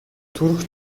төрх